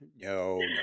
no